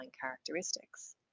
characteristics